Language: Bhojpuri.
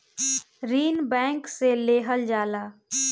ऋण बैंक से लेहल जाला